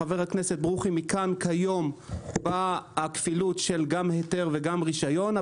לחבר הכנסת ברוכי מכאן כיום באה הכפילות של גם היתר וגם רישיון.